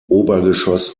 obergeschoss